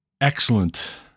Excellent